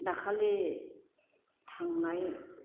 दाखालि थांनाय